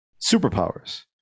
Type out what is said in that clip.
superpowers